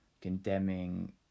condemning